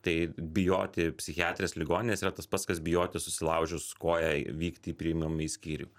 tai bijoti psichiatrinės ligoninės yra tas pats kas bijoti susilaužius koją vykti į priimamąjį skyrių